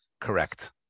Correct